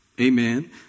Amen